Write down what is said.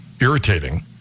irritating